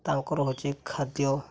ତାଙ୍କର ହେଉଛି ଖାଦ୍ୟ